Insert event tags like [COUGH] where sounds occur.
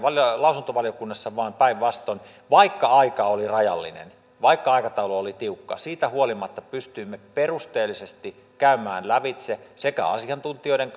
lausuntovaliokunnassa vaan päinvastoin vaikka aika oli rajallinen vaikka aikataulu oli tiukka siitä huolimatta pystyimme perusteellisesti käymään lävitse sekä asiantuntijoiden [UNINTELLIGIBLE]